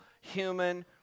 human